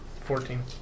Fourteen